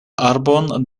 arbon